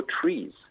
trees